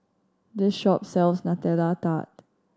this shop sells Nutella Tart